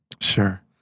Sure